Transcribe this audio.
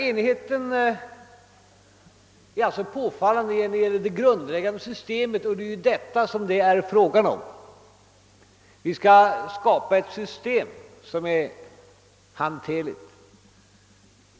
Enigheten är alltså påfallande när det gäller det grundläggande systemet, och det är ju detta det är fråga om. Vi skall skapa ett system som är hanterligt.